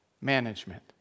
management